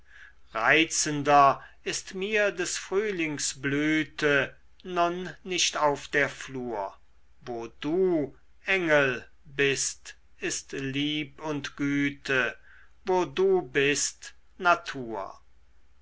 reizender ist mir des frühlings blüte nun nicht auf der flur wo du engel bist ist lieb und güte wo du bist natur